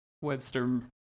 Webster